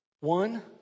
One